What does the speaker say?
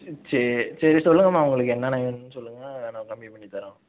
சரி சரி சொல்லுங்கள்ம்மா உங்களுக்கு என்னென்ன வேணுன்னு சொல்லுங்கள் நான் கம்மி பண்ணி தரோம்